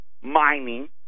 mining